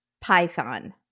Python